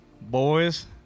Boys